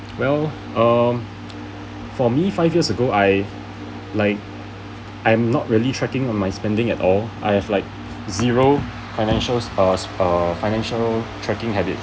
well err for me five years ago I like I'm not really tracking on my spending at all I have like zero financial uh uh financial tracking habit